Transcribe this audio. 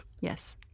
Yes